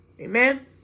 Amen